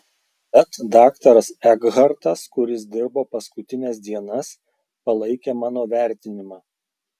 bet daktaras ekhartas kuris dirbo paskutines dienas palaikė mano vertinimą